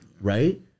Right